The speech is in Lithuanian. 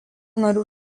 narių